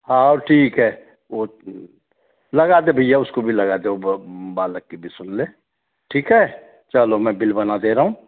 हाओ ठीक है वो लगा दे भईया उसको भी लगादे वो बालक की भी सुनले ठीक है चलो में बिल बना दे रहा हूँ